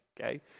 okay